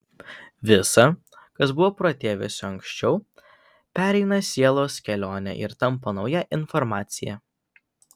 visa kas buvo protėviuose anksčiau pereina sielos kelionę ir tampa nauja informacija